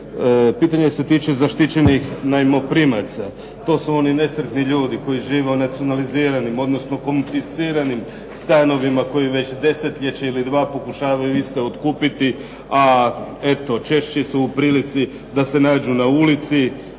Pitanje se tiče zaštićenih najmoprimaca. To su oni nesretni ljudi koji žive u nacionaliziranim odnosno konfisciranim stanovima koji već desetljeće ili dva pokušavaju iste otkupiti a eto češće su u prilici da se nađu na ulici